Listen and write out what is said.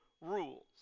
rules